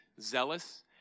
zealous